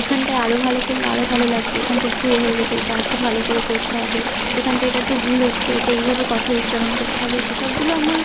এখানটায় আরও ভালো করলে আরও ভালো লাগবে এখানটা একটু এ হয়ে গেছে এটা আরএকটু ভালো করে করতে হবে এখানটা এটা একটু ভুল হচ্ছে এটা এইভাবে কথা উচ্চারণ করতে হবে সে সবগুলো আমার